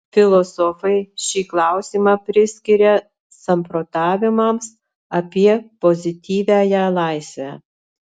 filosofai šį klausimą priskiria samprotavimams apie pozityviąją laisvę